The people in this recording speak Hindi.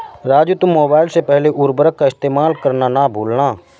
राजू तुम मोबाइल से पहले उर्वरक का इस्तेमाल करना ना भूलना